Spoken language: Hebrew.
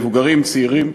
מבוגרים וצעירים,